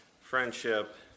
friendship